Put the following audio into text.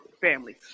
family